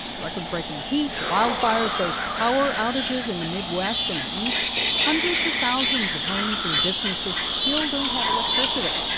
record-breaking heat, wildfires, those power outages in the midwest and the east. hundreds of thousands of homes and businesses still don't have electricity.